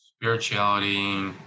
Spirituality